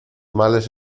males